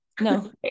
No